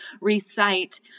recite